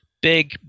big